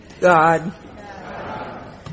God